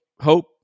hope